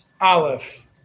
Aleph